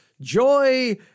joy